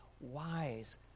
wise